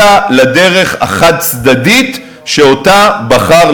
אלא לדרך החד-צדדית שבחר,